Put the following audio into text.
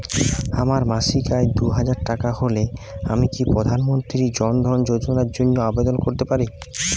আমার মাসিক আয় দুহাজার টাকা হলে আমি কি প্রধান মন্ত্রী জন ধন যোজনার জন্য আবেদন করতে পারি?